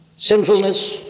sinfulness